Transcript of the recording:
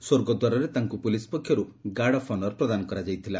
ସ୍ୱର୍ଗଦ୍ୱାରରେ ତାଙ୍କୁ ପୁଲିସ ପକ୍ଷରୁ ଗାର୍ଡ ଅଫ ଅନର୍ ପ୍ରଦାନ କରାଯାଇଥିଲା